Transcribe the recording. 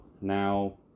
Now